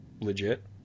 legit